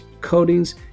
coatings